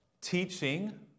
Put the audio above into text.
teaching